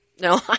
No